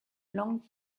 langues